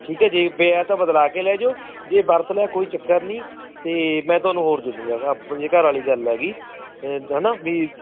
ਠੀਕ ਹੈ ਜੇ ਜਾਂ ਤਾਂ ਬਦਲਾ ਕੇ ਲੈ ਜਾਇਓ ਜੇ ਵਰਤ ਲਿਆ ਕੋਈ ਚੱਕਰ ਨਹੀਂ ਅਤੇ ਮੈਂ ਤੁਹਾਨੂੰ ਹੋਰ ਦੇ ਦੂੰਗਾ ਆਪਣੇ ਘਰ ਵਾਲੀ ਗੱਲ ਹੈਗੀ ਹੈ ਨਾ ਵੀ